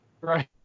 Right